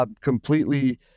completely